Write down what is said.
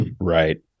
right